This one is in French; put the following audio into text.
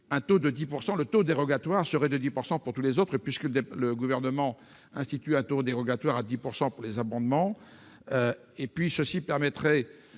participation. Le taux dérogatoire serait de 10 % pour toutes les autres, puisque le Gouvernement institue un taux dérogatoire à 10 % pour les abondements. Cela permettrait